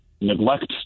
neglect